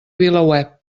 vilaweb